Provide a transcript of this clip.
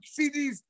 CDs